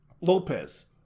Lopez